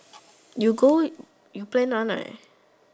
you go you plan one right